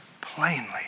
plainly